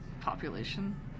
population